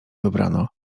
wybrano